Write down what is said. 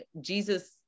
Jesus